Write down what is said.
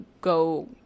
go